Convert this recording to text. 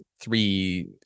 three